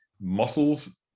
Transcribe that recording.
muscles